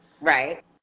Right